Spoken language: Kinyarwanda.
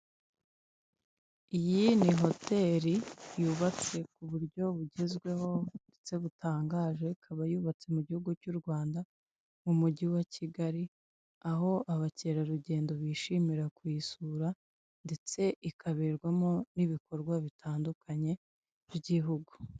Iyi ni hoteri yubatse ku buryo bugezweho ndetse butangaje, ikaba yubatse mu gihugu cy' uRwanda mu mujyi wa Kigali; aho abakerarugendo bishimira kuyisura ndetse ikaberarwamo n'ibikorwa bitandukanye by'igihugu.